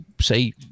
say